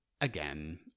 again